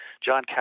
John